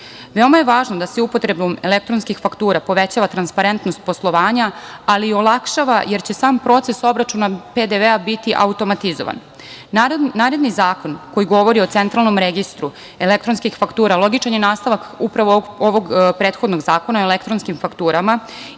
je važno da se upotrebom elektronskih faktura povećava transparentnost poslovanja, ali i olakšava, jer će sam proces obračuna PDV-a biti automatizovan. Naredni zakon koji govori o Centralnom registru elektronskih faktura logičan je nastavak upravo ovog prethodnog Zakona o elektronskim fakturama.